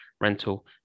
rental